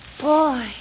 Boy